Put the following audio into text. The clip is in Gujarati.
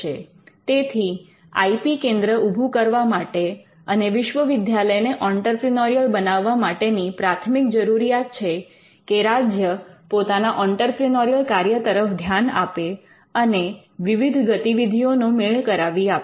તેથી આઇ પી કેન્દ્ર ઉભુ કરવા માટે અને વિશ્વવિદ્યાલયને ઑંટરપ્રિનોરિયલ બનાવવા માટેની પ્રાથમિક જરૂરિયાત છે કે રાજ્ય પોતાના ઑંટરપ્રિનોરિયલ કાર્ય તરફ ધ્યાન આપે અને વિવિધ ગતિવિધિઓનો મેળ કરાવી આપે